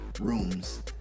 rooms